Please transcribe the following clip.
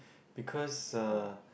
because uh